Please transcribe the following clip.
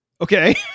Okay